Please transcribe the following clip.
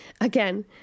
again